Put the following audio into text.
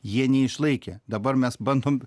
jie neišlaikė dabar mes bandom